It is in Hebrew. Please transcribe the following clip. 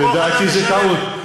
אבל לדעתי זה טעות.